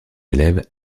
élève